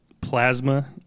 plasma